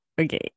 Okay